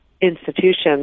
institutions